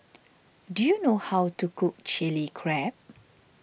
do you know how to cook Chilli Crab